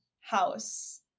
house